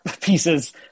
pieces